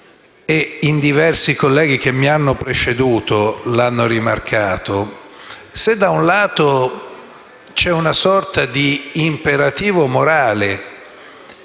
e diversi colleghi che mi hanno preceduto l'hanno rimarcato, se da un lato c'è una sorta di imperativo morale